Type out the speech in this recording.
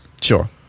Sure